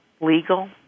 legal